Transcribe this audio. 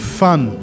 fun